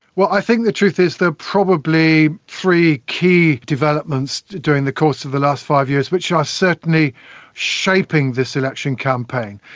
well, i think the truth is there are probably three key developments during the course of the last five years which are certainly shaping this election campaign.